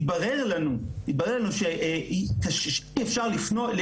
התברר לנו שאי אפשר לפעול מול